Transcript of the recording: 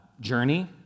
journey